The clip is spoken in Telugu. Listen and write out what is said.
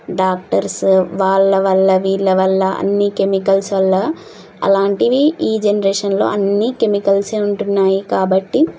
డాక్టర్స్ వాళ్ళ వల్ల వీళ్ళ వల్ల అన్ని కెమికల్స్ వల్ల అలాంటివి ఈ జనరేషన్లో అన్ని కెమికల్సే ఉంటున్నాయి కాబట్టి